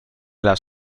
las